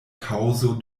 kaŭzo